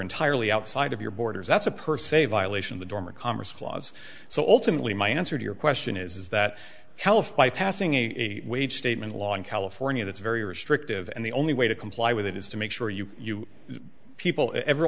entirely outside of your borders that's a per se violation of the dormer congress flaws so ultimately my answer to your question is is that health by passing a statement a law in california that's very restrictive and the only way to comply with it is to make sure you you people ever